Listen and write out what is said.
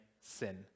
sin